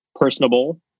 personable